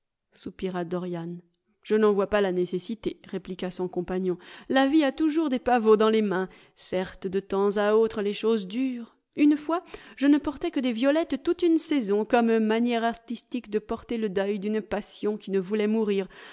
soupira dorian je n'en vois pas la nécessité répliqua son compagnon la vie a toujours des pavots dans les mains certes de temps à autre les choses durent une fois je ne portai que des violettes toute une saison comme manière artistique de porter le deuil d'une passion qui ne voulait mourir